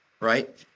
Right